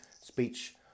speech